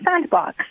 sandbox